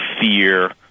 fear –